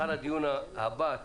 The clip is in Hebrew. אחרי הדיון הבא,